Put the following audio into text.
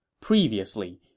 Previously